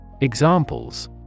Examples